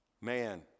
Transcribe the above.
Man